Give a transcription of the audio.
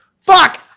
Fuck